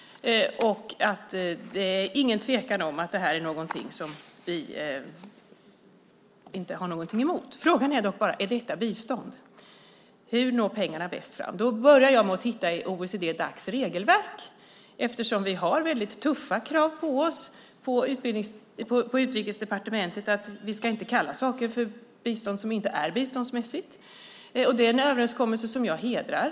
Det är ingen tvekan om att det här är någonting som vi inte har någonting emot. Frågan är då bara: Är detta bistånd? Hur når pengarna bäst fram? Jag började med att titta i OECD/Dacs regelverk, eftersom vi har väldigt tuffa krav på oss på Utrikesdepartementet att vi inte ska kalla saker för bistånd som inte är biståndsmässigt. Det är en överenskommelse som jag hedrar.